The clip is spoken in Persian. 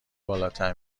بالاتر